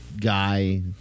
guy